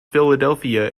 philadelphia